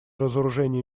разоружение